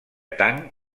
tang